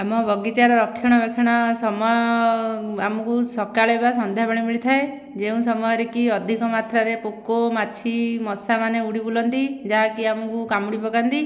ଆମ ବଗିଚାର ରକ୍ଷଣା ବେକ୍ଷଣ ସମୟ ଆମକୁ ସକାଳେ ବା ସନ୍ଧ୍ୟାବେଳେ ମିଳିଥାଏ ଯେଉଁ ସମୟରେ କି ଅଧିକ ମାତ୍ରାରେ ପୋକ ମାଛି ମଶାମାନେ ଉଡ଼ି ବୁଲନ୍ତି ଯାହାକି ଆମକୁ କାମୁଡ଼ି ପକାନ୍ତି